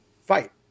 fight